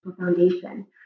foundation